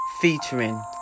featuring